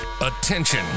attention